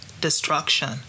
destruction